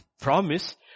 promise